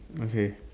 okay